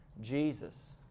Jesus